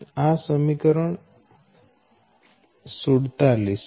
આ સમીકરણ 47 છે